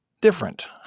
different